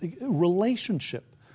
relationship